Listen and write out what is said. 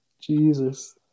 Jesus